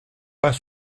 pas